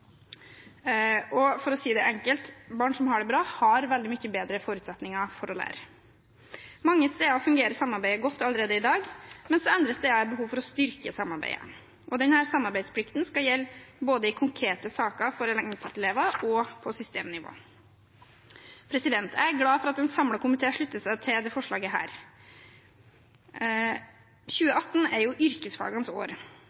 tiltak. For å si det enkelt: Barn som har det bra, har veldig mye bedre forutsetninger for å lære. Mange steder fungerer samarbeidet godt allerede i dag, mens det andre steder er behov for å styrke samarbeidet. Denne samarbeidsplikten skal gjelde både i konkrete saker for enkeltelever og på systemnivå. Jeg er glad for at en samlet komité slutter seg til dette forslaget. 2018 er yrkesfagenes år, og det